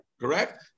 Correct